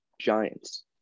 Giants